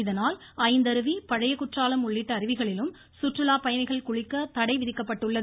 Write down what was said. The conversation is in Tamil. இதனால் ஐந்தருவி பழைய குற்றாலம் உள்ளிட்ட அருவிகளிலும் சுற்றுலாப் பயணிகள் குளிக்க தடை விதிக்கப்பட்டுள்ளது